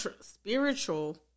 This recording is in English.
Spiritual